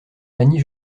annie